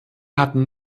hatten